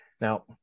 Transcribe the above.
Now